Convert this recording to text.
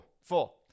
Four